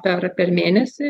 per per mėnesį